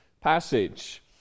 passage